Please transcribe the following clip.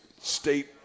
state